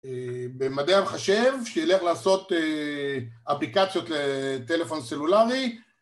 במדעי המחשב, שילך לעשות אפליקציות לטלפון סלולרי